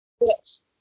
Yes